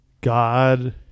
God